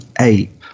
ape